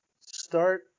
start